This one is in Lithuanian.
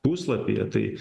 puslapyje tai